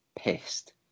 Pissed